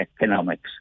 economics